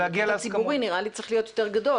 הקטע הציבורי, נראה לי שהוא צריך להיות יותר גדול.